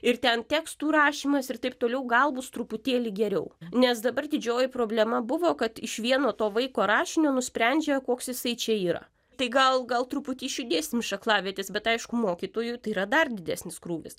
ir ten tekstų rašymas ir taip toliau gal bus truputėlį geriau nes dabar didžioji problema buvo kad iš vieno to vaiko rašinio nusprendžia koks jisai čia yra tai gal gal truputį išjudėsim iš aklavietės bet aišku mokytojui tai yra dar didesnis krūvis